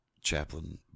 Chaplain